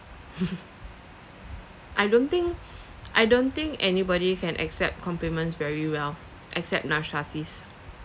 I don't think I don't think anybody can accept compliments very well except narcissist